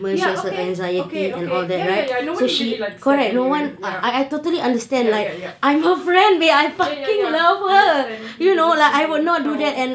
ya okay okay okay ya ya ya nobody really likes that anyway ya ya ya yup ya ya ya I understand tahu